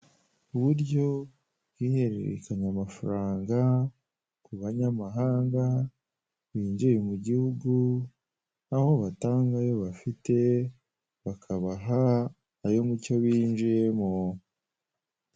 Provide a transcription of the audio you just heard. Uburyo bw'ihererekanya amafaranga kubanyamahanga binjiye mugihugu aho batanga ayo bafite bakabaha ayomucyo binjiyemo.